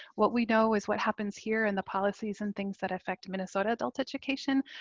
what we know is what happens here and the policies and things that effect minnesota adult education.